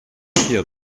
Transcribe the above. verkehrt